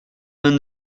vingt